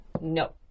No